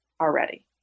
already